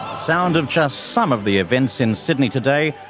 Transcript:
sound of just some of the events in sydney today,